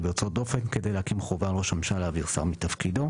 ויוצאות דופן כדי להקים חובה על ראש הממשלה להעביר שר מתפקידו.